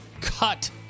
cut